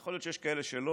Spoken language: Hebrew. יכול להיות שיש כאלה שלא,